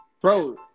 Bro